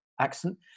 accent